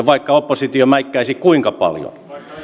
vaikka oppositio mäikkäisi kuinka paljon